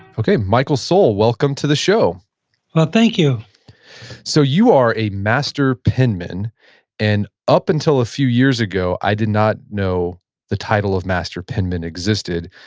okay, michael sull, welcome to the show well thank you so you are a master penman and up until a few years ago, i did not know the title of master penman existed.